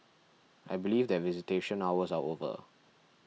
I believe that visitation hours are over